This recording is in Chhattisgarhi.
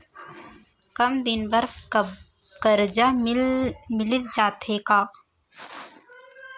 कम दिन बर करजा मिलिस जाथे का?